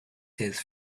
his